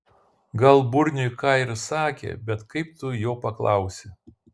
gal burniui ką ir sakė bet kaip tu jo paklausi